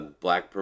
black